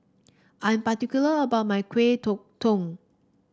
I am particular about my kuih